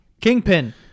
Kingpin